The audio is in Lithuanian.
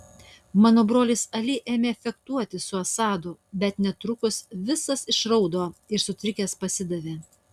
mano brolis ali ėmė fechtuotis su asadu bet netrukus visas išraudo ir sutrikęs pasidavė